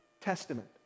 testament